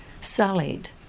sullied